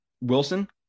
Wilson